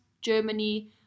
Germany